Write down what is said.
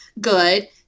good